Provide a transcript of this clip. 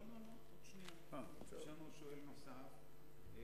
יש לנו שואל נוסף.